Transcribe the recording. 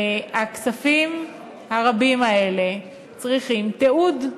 הכספים הרבים האלה צריכים תיעוד.